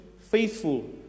faithful